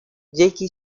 jackie